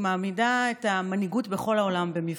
היא מעמידה את המנהיגות בכל העולם במבחן.